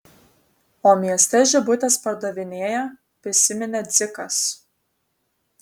o mieste žibutes pardavinėja prisiminė dzikas